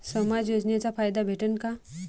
समाज योजनेचा फायदा भेटन का?